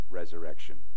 resurrection